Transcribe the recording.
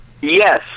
Yes